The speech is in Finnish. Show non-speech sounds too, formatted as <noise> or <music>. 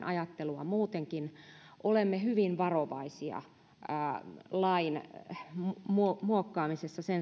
<unintelligible> ajattelua muutenkin olemme hyvin varovaisia lain muokkaamisessa sen